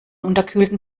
unterkühlten